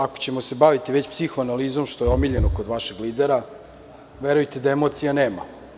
Ako ćemo se baviti već psihoanalizom, što je omiljeno kod vašeg lidera, verujte da emocija nema.